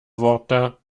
worte